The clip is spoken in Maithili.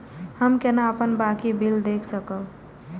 हम केना अपन बाँकी बिल देख सकब?